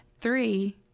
Three